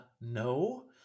no